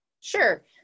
Sure